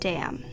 Dam